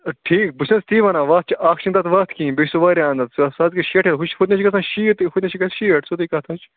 ٹھیٖک بہٕ چھُس نہ حظ تی وَنان وَتھ چھِ اکھ چھنہٕ تتھ وَتھ کِہیٖنۍ بیٚیہِ چھُ سُہ واریاہ اَندَر سُہ حظ گَژھِ شیٹھے ہُتنَس چھُ گَژھان شیٖتھ ہُتنَس چھُ گَژھان شیٹھ سیٚودُے کَتھا چھِ